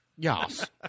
Yes